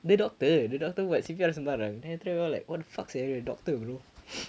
the doctor the doctor buat C_P_R sembarang then we after that we all like what the fuck sia the doctor you know